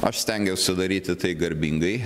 aš stengiausi daryti tai garbingai